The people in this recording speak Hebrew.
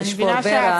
יש פה הרבה רעש.